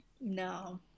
No